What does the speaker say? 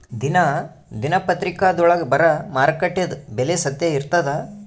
ದಿನಾ ದಿನಪತ್ರಿಕಾದೊಳಾಗ ಬರಾ ಮಾರುಕಟ್ಟೆದು ಬೆಲೆ ಸತ್ಯ ಇರ್ತಾದಾ?